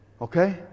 Okay